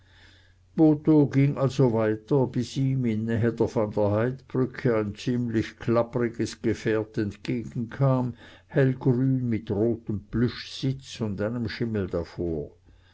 ging also weiter bis ihm in nähe der van der heydt brücke ein ziemlich klappriges gefährt entgegenkam hellgrün mit rotem plüschsitz und einem schimmel davor